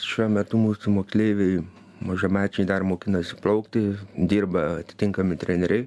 šiuo metu mūsų moksleiviai mažamečiai dar mokinasi plaukti dirba atitinkami treneriai